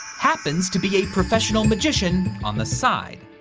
happens to be a professional magician on the side.